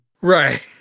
right